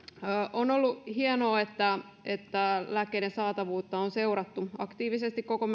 on ollut hienoa että että lääkkeiden saatavuutta on seurattu aktiivisesti koko